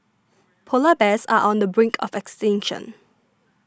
Polar Bears are on the brink of extinction